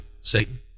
Satan